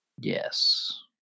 yes